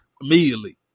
immediately